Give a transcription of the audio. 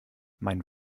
mein